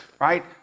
right